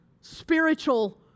spiritual